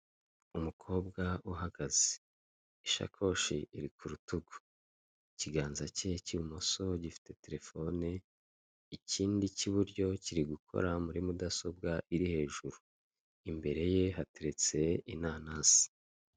Umukobwa uhagaze, ishakoshi iri ku rutugu, ikiganza ke k'ibumoso gifite telefone, ikindi k'iburyo kiri gukora muri mudasobwa iri hejuru, imbere ye hateretse inanasi.